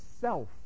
self